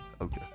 Okay